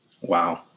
Wow